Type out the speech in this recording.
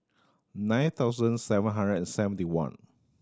nine thousand seven hundred and seventy one